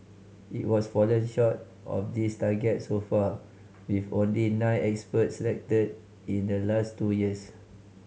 it was fallen short of this target so far with only nine experts selected in the last two years